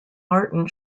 martin